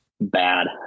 bad